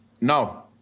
no